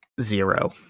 zero